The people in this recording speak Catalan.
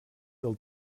del